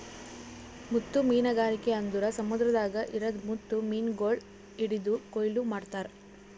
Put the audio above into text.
ಮುತ್ತು ಮೀನಗಾರಿಕೆ ಅಂದುರ್ ಸಮುದ್ರದಾಗ್ ಇರದ್ ಮುತ್ತು ಮೀನಗೊಳ್ ಹಿಡಿದು ಕೊಯ್ಲು ಮಾಡ್ತಾರ್